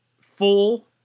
full